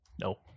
No